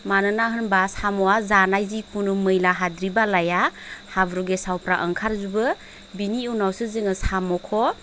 मानोना होमबा साम'आ जानाय जेखुनु मैला हाद्रि बालाया हाब्रु गेसावफ्रा ओंखारजोबो बेनि उनावसो जोङो साम'खौ